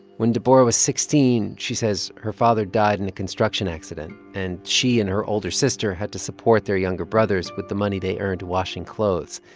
when deborah was sixteen, she says, her father died in a construction accident. and she and her older sister had to support their younger brothers with the money they earned washing clothes.